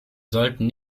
sollten